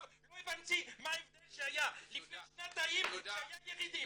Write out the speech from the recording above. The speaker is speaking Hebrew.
לא הבנתי מה ההבדל שהיה לפני שנתיים שהיו ירידים.